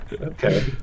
Okay